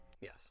Yes